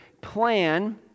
plan